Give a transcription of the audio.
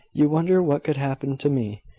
you wonder what could happen to me,